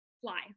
Fly